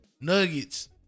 Nuggets